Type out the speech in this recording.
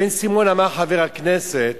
חבר הכנסת